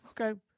okay